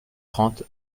trente